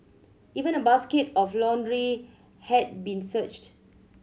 even a basket of laundry had been searched